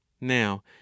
now